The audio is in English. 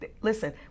listen